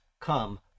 come